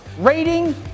Rating